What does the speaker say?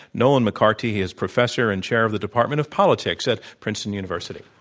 nolan mccarty. he is professor and chair of the department of politics at princeton university.